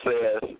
says